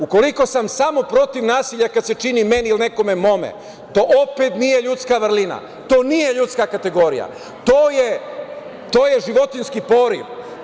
Ukoliko sam samo protiv nasilja kada se čini meni u nekome mome, to opet nije ljudska vrelina, to nije ljudska kategorija, to je životinjski poriv.